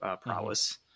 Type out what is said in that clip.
prowess